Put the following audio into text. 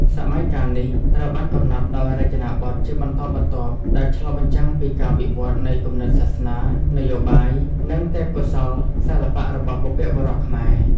សម័យកាលនេះត្រូវបានកំណត់ដោយ រចនាបថ ជាបន្តបន្ទាប់ ដែលឆ្លុះបញ្ចាំងពីការវិវត្តនៃគំនិតសាសនា នយោបាយ និងទេពកោសល្យសិល្បៈរបស់បុព្វបុរសខ្មែរ។